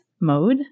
mode